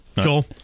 Joel